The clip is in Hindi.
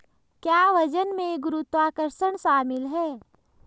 क्या वजन में गुरुत्वाकर्षण शामिल है?